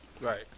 right